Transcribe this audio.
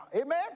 Amen